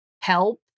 help